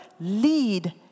lead